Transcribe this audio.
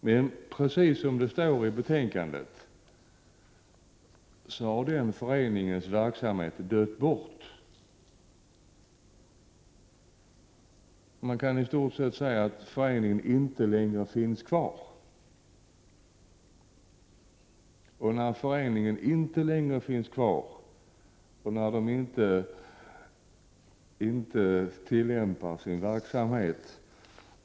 Men, precis som det står i betänkandet, har den föreningens verksamhet upphört. Man kan i stort sett säga att föreningen inte längre finns kvar, och när föreningen inte längre finns kvar, lär den inte bedriva någon verksamhet.